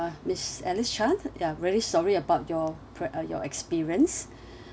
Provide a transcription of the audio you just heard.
uh miss alice chan ya really sorry about your pra~ uh your experience